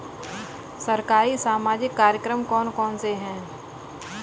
सरकारी सामाजिक कार्यक्रम कौन कौन से हैं?